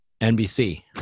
NBC